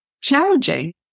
challenging